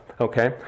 Okay